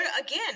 again